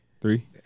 Three